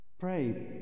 Pray